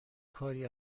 کاری